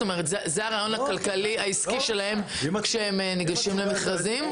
זה הרעיון הכלכלי העסקי שלהם כשהם ניגשים למכרזים?